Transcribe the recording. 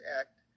act